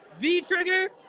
V-trigger